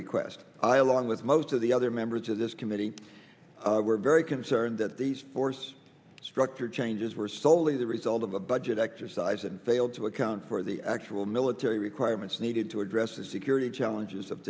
request i along with most of the other members of this committee were very concerned that these force structure changes were soley the result of a budget exercise and failed to account for the actual military requirements needed to address the security challenges of